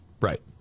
right